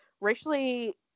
racially